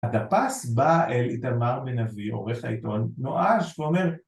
הדפס בא אל איתמר בן אבי, עורך העיתון, נואש, ואומר